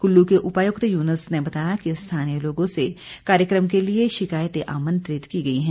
कुल्लू के उपायुक्त युनूस ने बताया कि स्थानीय लोगों से कार्यक्रम के लिए शिकायतें आमंत्रित की गई हैं